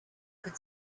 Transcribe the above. could